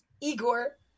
Igor